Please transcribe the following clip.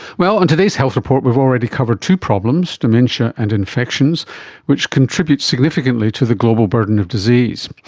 well, on today's health report we've already covered to problems dementia and infections which contributes significantly to the global burden of disease.